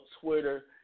Twitter